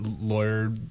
lawyer